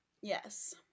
yes